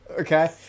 okay